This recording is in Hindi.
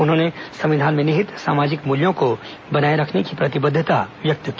उन्होंने संविधान में निहित सामाजिक मूल्यों को बनाए रखने की प्रतिबद्वता व्यक्त की